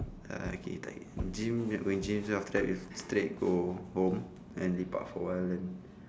uh okay then gym not going gym then after that we straight go home and lepak for a while then